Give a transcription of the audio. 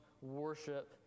worship